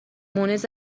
مونس